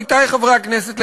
עמיתי חברי הכנסת,